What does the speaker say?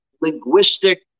linguistic